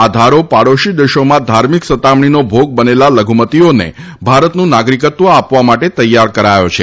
આ ધારો પાડોશી દેશોમાં ધાર્મિક સતામણીનો ભોગ બનેલા લધુમતીઓને ભારતનું નાગરિકત્વ આપવા માટે તૈયાર કરાયો છે